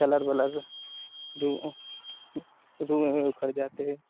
colour वलर रु रुओं रुएँ उखड़ जाते हैं